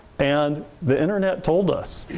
and the internet told us.